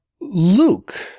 Luke